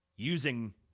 using